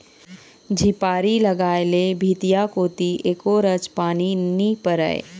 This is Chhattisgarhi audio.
झिपारी लगाय ले भीतिया कोती एको रच पानी नी परय